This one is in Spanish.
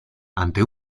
ante